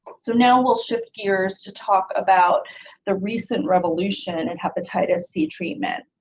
so now we'll shift gears to talk about the recent revolution and hepatitis c treatment.